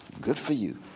good for you.